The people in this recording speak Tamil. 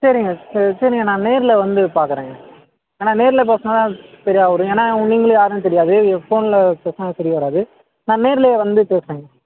சரிங்க ச சரிங்க நான் நேரில் வந்து பார்க்குறேங்க ஏன்னால் நேரில் பேசுனால் தான் சரியாக வரும் ஏன்னால் உ நீங்களும் யாருன்னு தெரியாது ஃபோனில் பேசுனால் சரி வராது நான் நேர்லேயே வந்து பேசுகிறேங்க